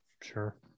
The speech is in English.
sure